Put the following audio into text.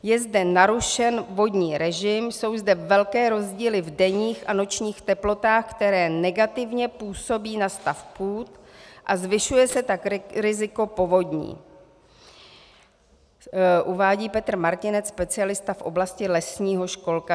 Je zde narušen vodní režim, jsou zde velké rozdíly v denních a nočních teplotách, které negativně působí na stav půd a zvyšuje se tak riziko povodní, uvádí Petr Martinec, specialista v oblasti lesního školkařství.